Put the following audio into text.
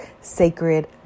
sacred